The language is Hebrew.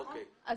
נכון.